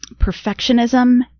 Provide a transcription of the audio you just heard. perfectionism